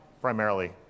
primarily